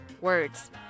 words